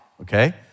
Okay